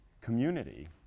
community